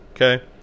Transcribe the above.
Okay